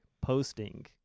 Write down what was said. posting